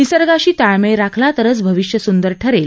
निसर्गाशी ताळमेळ राखला तरच भविष्य सुंदर ठरेल